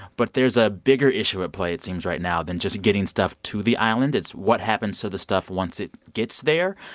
but there's a bigger issue at play, it seems right now, than just getting stuff to the island. it's what happens to the stuff once it gets there?